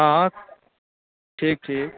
हॅं ठीक ठीक